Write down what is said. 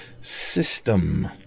system